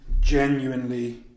genuinely